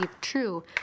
true